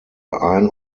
ein